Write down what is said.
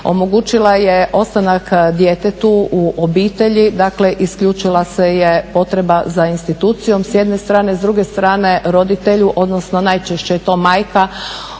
Omogućila je ostanak djetetu u obitelji, dakle isključila se je potreba za institucijom, s jedne strane. S druge strane roditelju, odnosno najčešće je to majka,